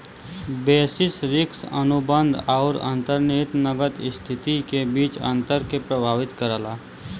basis risk अनुबंध आउर अंतर्निहित नकद स्थिति के बीच अंतर के प्रभावित करला